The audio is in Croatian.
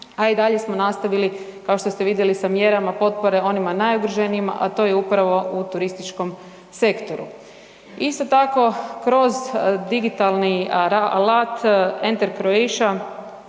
a i dalje smo nastavili kao što ste vidjeli sa mjerama potpore onima najugroženijima, a to je upravo u turističkom sektoru. Isto tako kroz digitalni alat Enter Croatia